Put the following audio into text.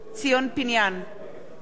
נגד יוסי פלד,